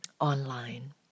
online